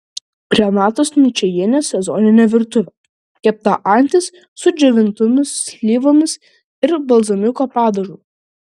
renatos ničajienės sezoninė virtuvė kepta antis su džiovintomis slyvomis ir balzamiko padažu